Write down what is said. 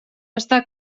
està